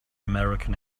american